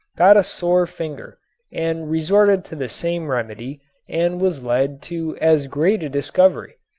got a sore finger and resorted to the same remedy and was led to as great a discovery.